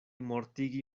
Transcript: mortigi